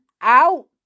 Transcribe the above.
out